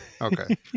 okay